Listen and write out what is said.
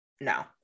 No